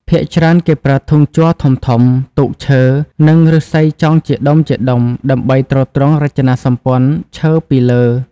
ភាគច្រើនគេប្រើធុងជ័រធំៗ ទូកឈើ និងឫស្សីចងជាដុំៗ ដើម្បីទ្រទ្រង់រចនាសម្ព័ន្ធឈើពីលើ។